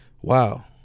Wow